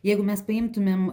jeigu mes priimtumėm